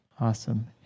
Awesome